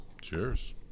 Cheers